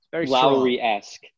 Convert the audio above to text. Lowry-esque